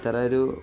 അത്ര ഒരു